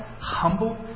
humble